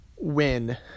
Win